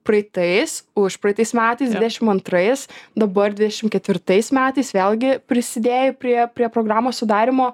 praeitais užpraeitais metais dvidešim antrais dabar dvidešim ketvirtais metais vėlgi prisidėjo prie prie programos sudarymo